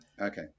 Okay